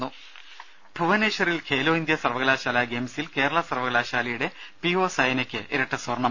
ദേദ ഭുവനേശ്വറിൽ ഖേലോ ഇന്ത്യ സർവകലാശാല ഗെയിംസിൽ കേരള സർവകലാശാലയുടെ പി ഒ സയനയ്ക്ക് ഇരട്ട സ്വർണ്ണം